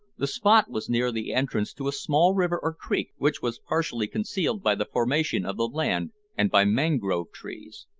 the spot was near the entrance to a small river or creek, which was partially concealed by the formation of the land and by mangrove trees.